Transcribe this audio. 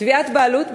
תביעת בעלות,